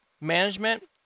management